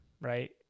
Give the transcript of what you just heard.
right